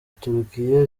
turukiya